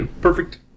perfect